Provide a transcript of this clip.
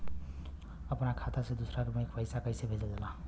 अपना खाता से दूसरा में पैसा कईसे भेजल जाला?